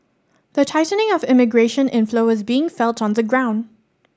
the tightening of immigration inflow was being felt on the ground